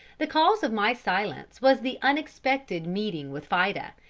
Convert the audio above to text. the cause of my silence was the unexpected meeting with fida,